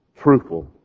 truthful